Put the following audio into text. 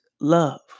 love